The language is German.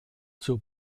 zur